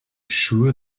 sure